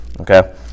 Okay